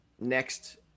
next